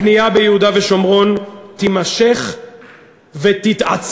הבנייה ביהודה ושומרון תימשך ותתעצם.